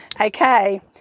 Okay